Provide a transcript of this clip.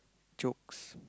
jokes